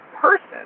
person